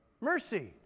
Mercy